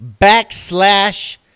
backslash